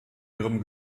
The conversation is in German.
ihrem